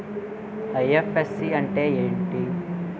IFSC అంటే ఏమిటి?